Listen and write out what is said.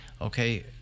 okay